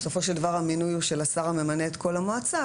בסופו של דבר המינוי הוא של השר הממנה את כל המועצה.